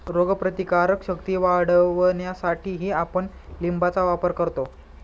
रोगप्रतिकारक शक्ती वाढवण्यासाठीही आपण लिंबाचा वापर करतो